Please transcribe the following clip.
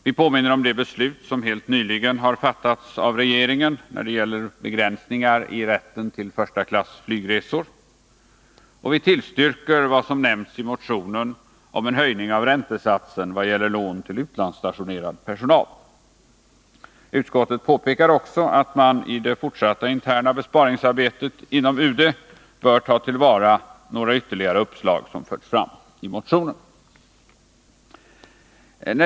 Vi påminner om det beslut som helt nyligen har fattats av regeringen när det gäller begränsningar i rätten till första klass flygresor, och vi tillstyrker vad som nämnts i motionen om en höjning av räntesatsen vad gäller lån till utlandsstationerad personal. Utskottet påpekar också att man i det fortsatta interna besparingsarbetet inom UD bör ta till vara några ytterligare uppslag som förts fram i motionen.